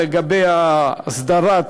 לגבי הסדרה,